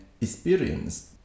experience